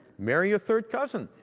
marry your third cousin.